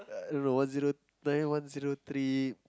uh I don't know one zero nine one zero three